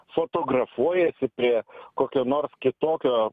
fotografuojasi prie kokio nors kitokio